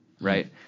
right